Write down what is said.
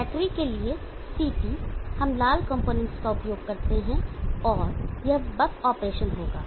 battery के लिए CT हम लाल कॉम्पोनेंट्स का उपयोग करते हैं और यह बक ऑपरेशन होगा